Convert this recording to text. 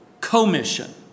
commission